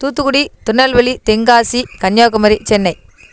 Thoothukudi Tirunelveli Tenkasi Kanniyakumari Chennai